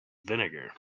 vinegar